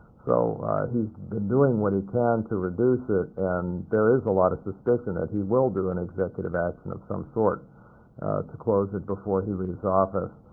so he's been doing what he can to reduce it. and there is a lot of suspicion that he will do an executive action of some sort to close it before he leaves office.